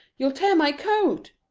you'll tear my coat.